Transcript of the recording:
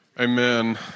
Amen